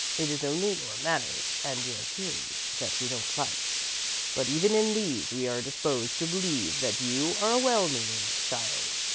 it is only your manners and your theories that we don't like but even in these we are disposed to believe that you are a well-meaning child.